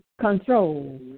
control